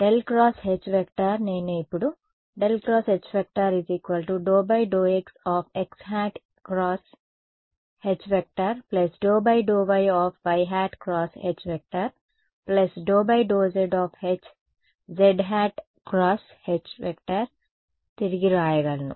కాబట్టి ∇× H నేను ఇప్పుడు ∇× H∂ ∂x xˆ × H ∂∂y yˆ× H ∂∂z zˆ × H తిరిగి వ్రాయగలను